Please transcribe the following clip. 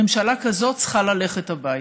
ממשלה כזאת צריכה ללכת הביתה.